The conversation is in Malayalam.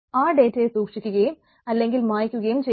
ആ ഡേറ്റയെ സൂക്ഷിക്കുകയും അല്ലെങ്കിൽ മായ്ക്കുകയും ചെയ്യണം